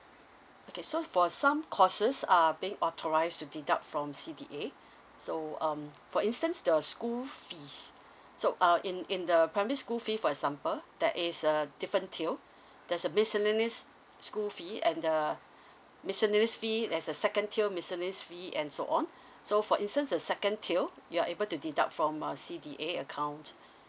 okay so for some courses are being authorized to deduct from C_D_A so um for instance the school fees so uh in in the primary school fee for example that is a different tier there's a miscellaneous school fee and uh miscellaneous fee there's a second tier miscellaneous fee and so on so for instance the second tier you're able to deduct from uh C_D_A account